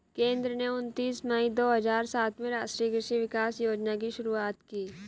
केंद्र ने उनतीस मई दो हजार सात में राष्ट्रीय कृषि विकास योजना की शुरूआत की